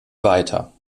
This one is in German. weiter